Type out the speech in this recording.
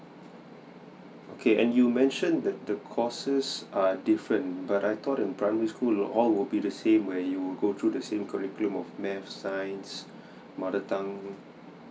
okay and you mentioned that the courses are different but I thought in primary school all will be the same where you will go through the same curriculum of math science mother tongue